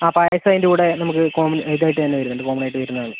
ആ പായസം അതിൻ്റെ കൂടെ നമുക്ക് കോമ്മൺ ഐറ്റമായിട്ട് തന്നെ വരുന്നുണ്ട് കോമ്മണായിട്ട് വരുന്നതാണ്